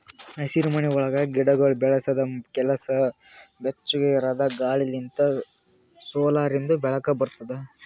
ಹಸಿರುಮನಿ ಒಳಗ್ ಗಿಡಗೊಳ್ ಬೆಳಸದ್ ಕೆಲಸ ಬೆಚ್ಚುಗ್ ಇರದ್ ಗಾಳಿ ಲಿಂತ್ ಸೋಲಾರಿಂದು ಬೆಳಕ ಬರ್ತುದ